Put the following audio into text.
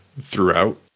throughout